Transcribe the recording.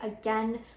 Again